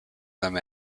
them